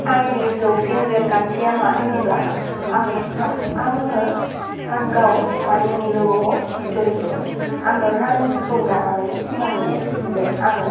आंनि जौसे रेबगान्थिया मा होनोब्ला आङो आङो आं गाव रानिंनि लोगोआव जरित' आङो रानिंखौ लानानैनो सिमां नुयो जे आङो